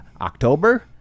October